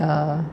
ya